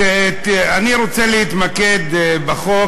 אני רוצה להתמקד בחוק,